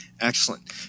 excellent